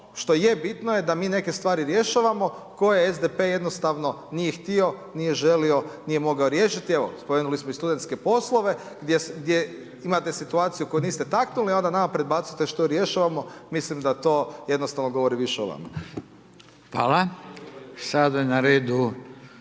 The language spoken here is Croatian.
što je, bitno je da mi neke stvari rješavamo koje SDP jednostavno nije htio, nije želio, nije mogao riješiti, evo spomenuli smo i studentske poslove gdje imate situaciju koju niste taknuli i onda nama predbacujete što je rješavamo, mislim da to jednostavno govori više o vama. **Radin, Furio